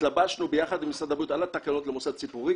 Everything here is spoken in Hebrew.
התלבשנו ביחד עם משרד הבריאות על התקנות למוסד ציבורי,